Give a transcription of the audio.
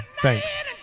Thanks